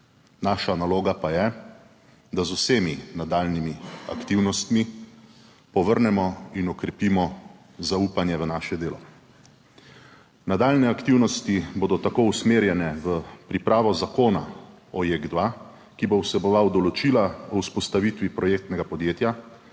Naša naloga pa je, da z vsemi nadaljnjimi aktivnostmi povrnemo in okrepimo zaupanje v naše delo. Nadaljnje aktivnosti bodo tako usmerjene v pripravo Zakona o JEK2, ki bo vseboval določila o vzpostavitvi projektnega podjetja,